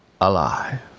alive